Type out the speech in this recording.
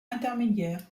intermédiaire